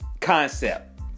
concept